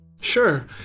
Sure